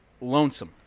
lonesome